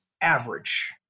average